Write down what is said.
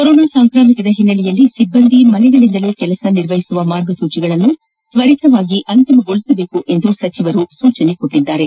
corona ಸಾಂಕ್ರಾಮಿಕದ ಹಿನ್ನೆಲೆಯ ಸಿಬ್ಬಂದಿ ಮನೆಗಳಿಂದಲೇ ಕೆಲಸ ಮಾಡುವ ಮಾರ್ಗಸೂಚಿಗಳನ್ನು ತ್ವರಿತವಾಗಿ ಅಂತಿಮಗೊಳಿಸಬೇಕೆಂದು ಸಚಿವರು ಸೂಚಿಸಿದ್ದಾರೆ